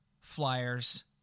Flyers